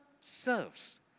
serves